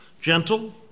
gentle